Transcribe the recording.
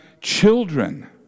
children